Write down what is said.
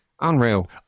Unreal